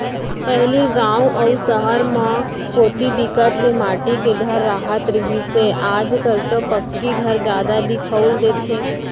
पहिली गाँव अउ सहर म कोती बिकट के माटी के घर राहत रिहिस हे आज कल तो पक्की घर जादा दिखउल देथे